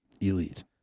elite